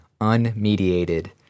unmediated